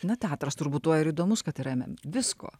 na teatras turbūt tuo ir įdomus kad yra visko